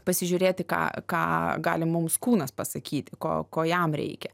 pasižiūrėti ką ką gali mums kūnas pasakyti ko ko jam reikia